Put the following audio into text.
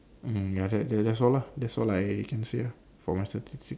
mm ya that's that's all lah that's all I can say lah for my statistic